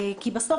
בסוף,